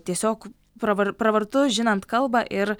tiesiog pravar pravartu žinant kalbą ir